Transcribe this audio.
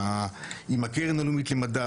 עם הקרן הלאומית למדע,